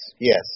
yes